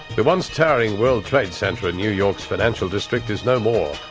the once-towering world trade center in new york's financial district is no more.